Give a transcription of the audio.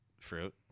fruit